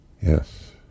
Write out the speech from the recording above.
Yes